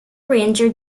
ranger